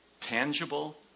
tangible